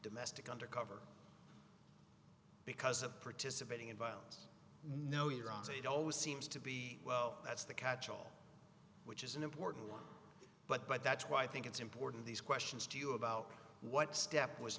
domestic undercover because of participating in violence no you're wrong so it always seems to be well that's the catch all which is an important one but but that's why i think it's important these questions to you about what step was